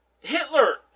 Hitler